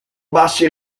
bassi